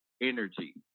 energy